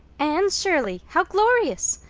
anne shirley! how glorious!